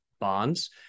bonds